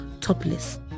topless